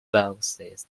boxes